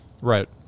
right